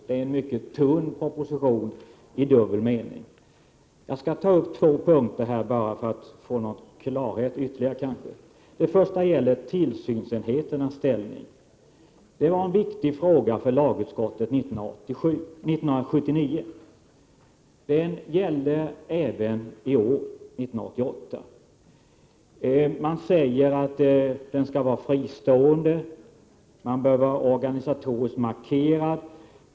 Det är en mycket tunn proposition, i dubbel mening. Jag skall bara ta upp två punkter, för att kanske få någon ytterligare klarhet. Den första gäller tillsynsenhetens ställning. Detta var en viktig fråga för lagutskottet 1979. Detsamma gällde även i år, 1988. Man säger att den skall vara fristående och att den bör vara organisatoriskt markerad.